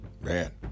man